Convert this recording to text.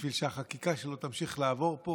בשביל שהחקיקה שלו תמשיך לעבור פה?